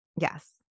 Yes